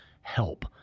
help